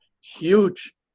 huge